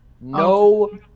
No